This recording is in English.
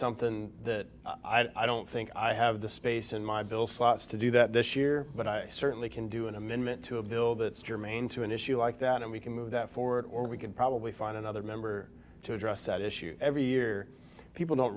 something that i don't think i have the space in my bill slots to do that this year but i certainly can do an amendment to a bill that's germane to an issue like that and we can move that forward or we could probably find another member to address that issue every year people don't